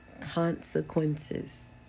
consequences